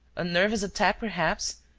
a nervous attack, perhaps.